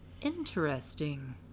Interesting